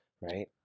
right